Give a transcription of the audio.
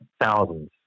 thousands